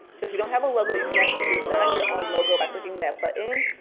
so if you don't have a logo, you can actually design your own logo by clicking that button,